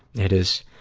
it is,